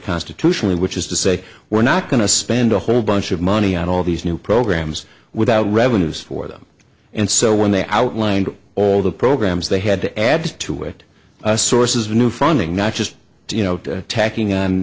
constitutionally which is to say we're not going to spend a whole bunch of money on all these new programs without revenues for them and so when they outlined all the programs they had to add to it sources new funding not just you know tacking on